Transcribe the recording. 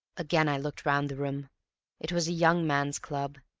again i looked round the room it was a young man's club,